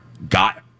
got